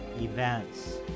events